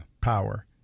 power